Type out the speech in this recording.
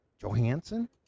johansson